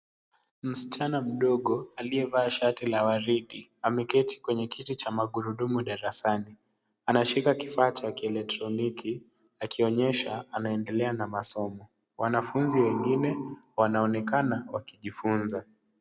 Msichana mdogo aliyevaa shati la waridi ameketi kwenye kiti cha magurudumu darasani. Anashika kifaa cha kielektroniki akionyesha anaendelea na masomo. Wanafunzi wengine wanaonekana wakijifunza.